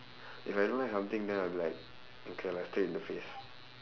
if I don't like something then I'll be like okay lah straight in the face